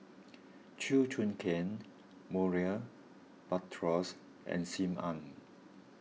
Chew Choo Keng Murray Buttrose and Sim Ann